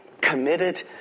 committed